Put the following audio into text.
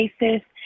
basis